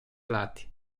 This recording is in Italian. lati